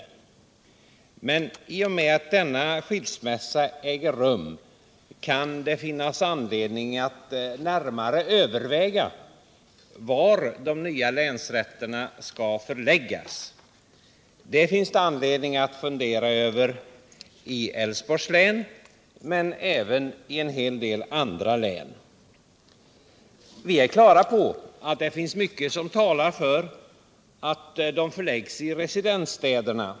Men i och med att denna skilsmässa äger rum, kan det finnas anledning att närmare överväga var de nya länsrätterna skall förläggas. Det finns det anledning att fundera över i Älvsborgs län, men även i en hel del andra län. Vi är på det klara med att det finns mycket som talar för att de förläggs i residensstäderna.